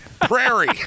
Prairie